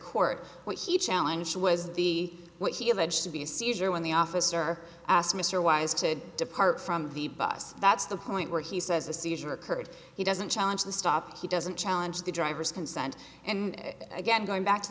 he challenge was the what he alleged to be a seizure when the officer asked mr wise to depart from the bus that's the point where he says a seizure occurred he doesn't challenge the stop he doesn't challenge the driver's consent and again going back to